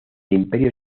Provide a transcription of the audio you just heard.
imperio